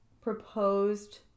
proposed